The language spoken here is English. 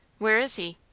where is he?